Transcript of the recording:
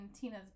Tina's